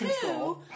two